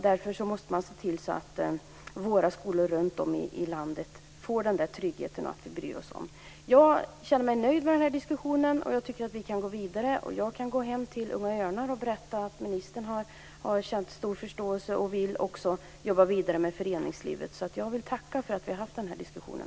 Därför måste vi se till att det blir tryggt på våra skolor runtom i landet och att vi bryr oss om. Jag känner mig nöjd med den här diskussionen och tycker att vi kan gå vidare. Jag kan åka hem till Unga Örnar och berätta att ministern känner stor förståelse och också vill jobba vidare tillsammans med föreningslivet, så jag vill tacka för den här diskussionen.